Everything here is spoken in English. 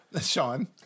Sean